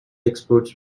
exports